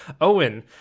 Owen